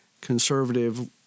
conservative